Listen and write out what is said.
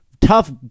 tough